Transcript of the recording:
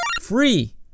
free